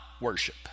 worship